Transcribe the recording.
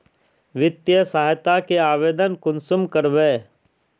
वित्तीय सहायता के आवेदन कुंसम करबे?